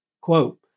Quote